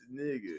nigga